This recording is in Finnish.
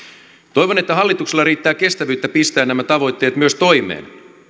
toivon että hallituksella riittää kestävyyttä pistää nämä tavoitteet myös toimeen